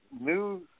news